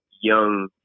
young